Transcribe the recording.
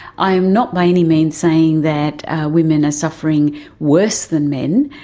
i am not by any means saying that women are suffering worse than men,